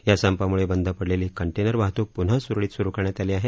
या संपामुळे बंद पडलेली कंटेनर वाहतूक पुन्हा सुरळित सुरू करण्यात आली आहे